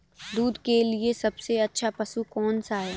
दूध के लिए सबसे अच्छा पशु कौनसा है?